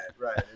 right